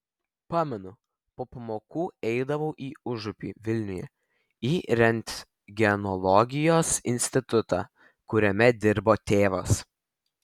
pamenu po pamokų eidavau į užupį vilniuje į rentgenologijos institutą kuriame dirbo tėvas